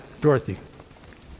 Dorothy